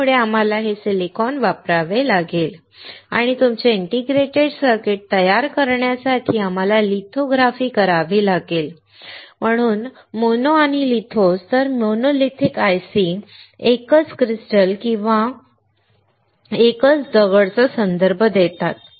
त्यामुळे आम्हाला हे सिलिकॉन वापरावे लागेल आणि तुमचे इंटिग्रेटेड सर्किट तयार करण्यासाठी आम्हाला लिथोग्राफी करावी लागली म्हणूनच मोनो आणि लिथोस तर मोनोलिथिक आयसी एकच दगड किंवा एकल क्रिस्टलचा संदर्भ देतात